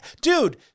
dude